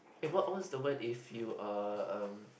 eh was the word if you are um